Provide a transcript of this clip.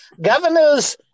Governors